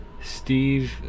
Steve